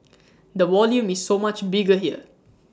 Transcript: the volume is so much bigger here